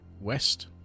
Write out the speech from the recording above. west